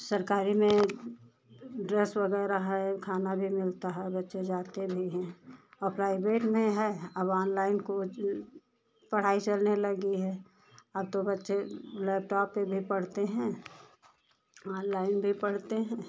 सरकारी में ड्रेस वगैरह है खाना भी मिलता है बच्चे जाते भी हैं और प्राइवेट में है अब ऑनलाइन कोच पढ़ाई चलने लगी है अब तो बच्चे लैपटॉप पर भी पढ़ते हैं ऑनलाइन भी पढ़ते हैं